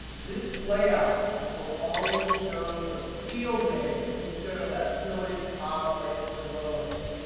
this layout will always show the field names instead of that silly column labels and row labels.